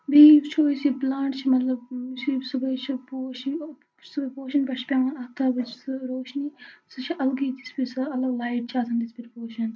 بیٚیہِ یُس چھُ یہِ یُس یہِ پٕلانٛٹ چھُ مَطلَب یُس یہِ صُبحٲے چھُ پوش صُبحٲے پوشَن پیٹھ چھِ پیٚوان آفتابٕچ روشنی سُہ چھِ الگٕے لایٹ